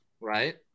right